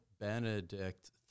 Benedict